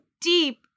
deep